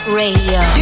radio